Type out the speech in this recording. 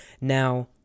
Now